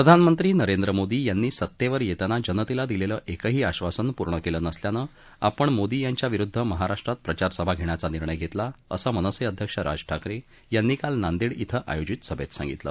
प्रधानमंत्री नरेंद्र मोदी यांनी सत्तेवर येतांना जनतेला दिलेलं एकही आश्वासन पूर्ण केलं नसल्यानं आपण मोदी यांच्याविरूध्द महाराष्ट्रात प्रचार सभा घेण्याचा निर्णय घेतला असं मनसे अध्यक्ष राज ठाकरे यांनी काल नांदेड इथं आयोजित सभेत सांगितलं